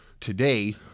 today